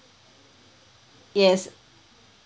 yes